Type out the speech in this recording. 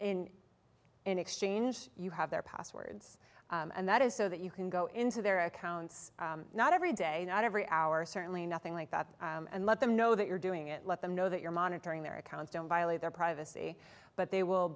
in an exchange you have their passwords and that is so that you can go into their accounts not every day every hour certainly nothing like that and let them know that you're doing it let them know that you're monitoring their accounts don't violate their privacy but they will